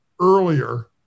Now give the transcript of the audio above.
earlier